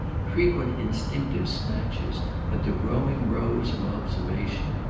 frequent instinctive snatches at the growing rose of observation,